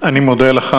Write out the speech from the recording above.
אני מודה לך.